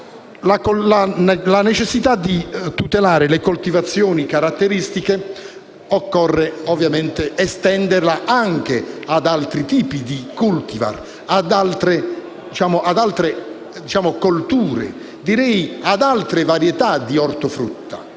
la necessità di tutelare le coltivazioni caratteristiche di agrumeti anche ad altri tipi di *cultivar*, ad altre colture, direi ad altre varietà di ortofrutta,